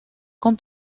con